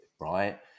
right